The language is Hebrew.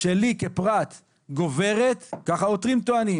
שלי כפרט גוברת כך העותרים טוענים